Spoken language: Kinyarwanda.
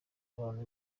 abantu